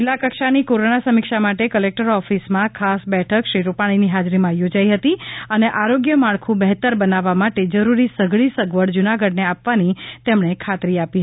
જિલ્લા કક્ષાની કોરોના સમીક્ષા માટે કલેક્ટર ઓફિસમાં ખાસ બેઠક શ્રી રૂપાણીની હાજરીમાં યોજાઈ હતી અને આરોગ્ય માળખું બહેતર બનાવવા માટે જરૂરી સઘળી સગવડ જુનાગઢને આપવાની તેમણે ખાતરી આપી હતી